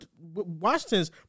Washington's